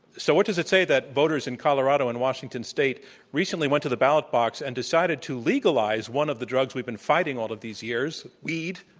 so what does it say that voters in colorado and washington state recently went to the ballot box and decided to legalize one of the drugs we've been fighting all of these years, weed,